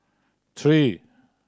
three